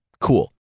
Cool